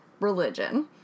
religion